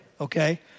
okay